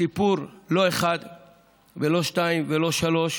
יש סיפורים, לא אחד ולא שניים ולא שלושה,